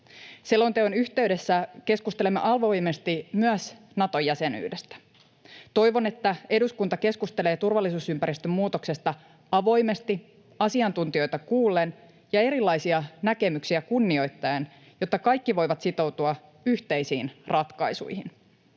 Selonteon yhteydessä keskustelemme avoimesti myös Nato-jäsenyydestä. Toivon, että eduskunta keskustelee turvallisuusympäristön muutoksesta avoimesti asiantuntijoita kuullen ja erilaisia näkemyksiä kunnioittaen, jotta kaikki voivat sitoutua yhteisiin ratkaisuihin.